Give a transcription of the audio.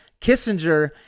kissinger